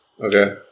Okay